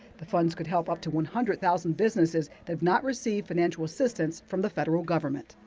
the funds could help up to one hundred thousand businesses that have not received financial assistance from the federal government.